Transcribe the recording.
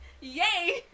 Yay